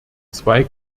zwei